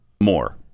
more